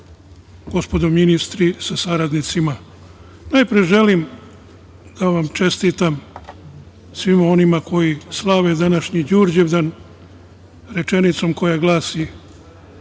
gospodo ministri sa saradnicima, najpre želim da vam čestitam svima onima koji slave današnji Đurđevdan rečenicom koja glasi